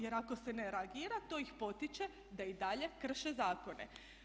Jer ako se ne reagira to ih potiče da i dalje krše zakone.